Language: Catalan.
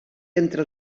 entre